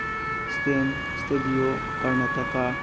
system ꯏꯁꯇꯥꯗꯤꯑꯣ ꯀꯔꯅꯥꯇꯀꯥ